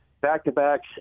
back-to-backs